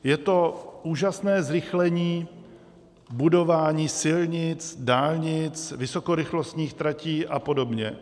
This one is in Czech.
Je to úžasné zrychlení budování silnic, dálnic, vysokorychlostních tratí a podobně.